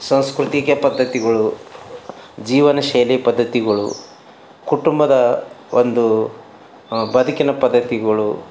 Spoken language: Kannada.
ಸಂಸ್ಕೃತಿಕ ಪದ್ಧತಿಗಳು ಜೀವನ ಶೈಲಿ ಪದ್ಧತಿಗಳು ಕುಟುಂಬದ ಒಂದು ಬದುಕಿನ ಪದ್ಧತಿಗಳು